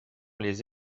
les